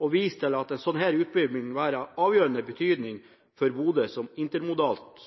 og viser til at en slik utbygging vil være av avgjørende betydning for Bodø som intermodalt